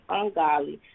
ungodly